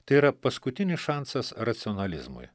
tai yra paskutinis šansas racionalizmui